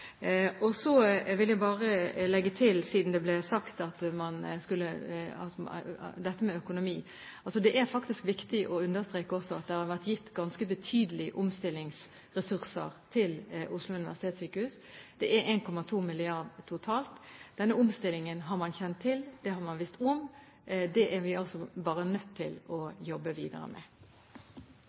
Så vil jeg bare legge til, siden økonomi ble nevnt, at det er viktig å understreke også at det har vært gitt ganske betydelige omstillingsressurser til Oslo universitetssykehus. Det er 1,2 mrd. kr totalt. Denne omstillingen har man kjent til, det har man visst om. Det er vi altså bare nødt til å jobbe videre med.